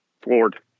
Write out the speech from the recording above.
floored